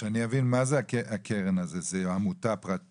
שאני אבין, מה זה הקרן הזאת, זה עמותה פרטית?